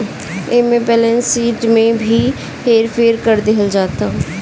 एमे balance sheet में भी हेर फेर क देहल जाता